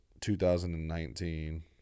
2019